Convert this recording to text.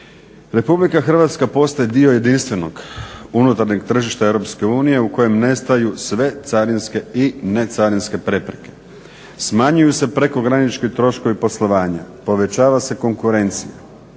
u EU? RH postaje dio jedinstvenog unutarnjeg tržišta EU u kojem nestaju sve carinske i necarinske prepreke, smanjuju se prekogranični troškovi poslovanja, povećava se konkurencija